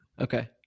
Okay